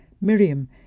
Miriam